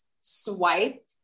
swipe